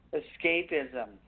escapism